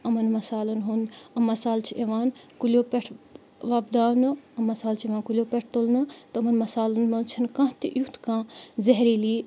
یِمَن مصالَن ہُںٛد یِم مصال چھِ یِوان کُلیو پٮ۪ٹھ وۄپداونہٕ یِم مصال چھِ اِوان کُلیو پٮ۪ٹھ تُلنہٕ تِمَن مصالَن منٛز چھِنہٕ کانٛہہ تہِ یُتھ کانٛہہ زہریٖلی